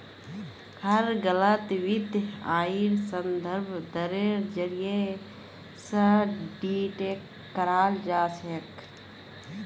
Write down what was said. हर गलत वित्तीय आइर संदर्भ दरेर जरीये स डिटेक्ट कराल जा छेक